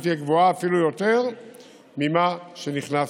תהיה גבוהה אפילו יותר ממה שנכנסנו.